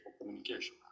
communication